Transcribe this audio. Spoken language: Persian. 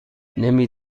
نمی